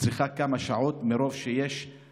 צריכה להיות כמה שעות מרוב שיש בה